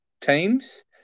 teams